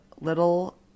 little